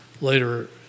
later